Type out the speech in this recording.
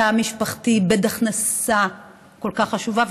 התא המשפחתי איבד הכנסה כל כך חשובה,